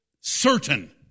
certain